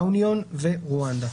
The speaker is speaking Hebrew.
ראוניון (צרפת); רואנדה.